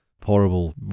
Horrible